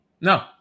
no